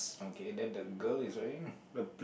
okay then the girl is wearing